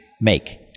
make